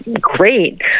great